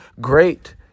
great